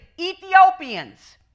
Ethiopians